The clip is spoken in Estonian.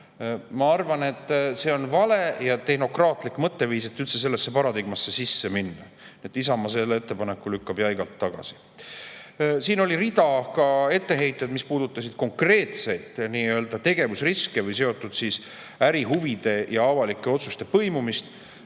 Ma arvan, et see on vale ja tehnokraatlik mõtteviis, et üldse sellesse paradigmasse sisse minna. Isamaa selle ettepaneku lükkab jäigalt tagasi. Siin oli ka rida etteheiteid, mis puudutasid konkreetseid tegevusriske ning ärihuvide ja avalike otsuste põimumist.